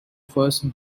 first